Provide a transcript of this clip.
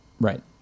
Right